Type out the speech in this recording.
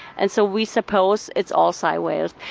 and so we suppose it's all sei whales.